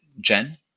Jen